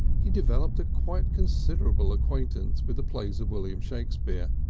he developed a quite considerable acquaintance with the plays of william shakespeare,